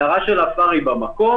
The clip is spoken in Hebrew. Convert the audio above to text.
ההערה של עו"ד עפארי היא במקום,